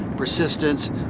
persistence